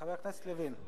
חבר הכנסת לוין.